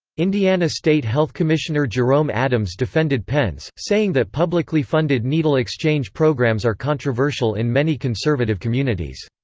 indiana state health commissioner jerome adams defended pence, saying that publicly funded needle exchange programs are controversial in many conservative communities.